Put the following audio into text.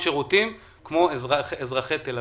שירותים כמו אזרחי תל-אביב.